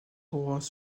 droits